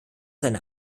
seine